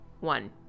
One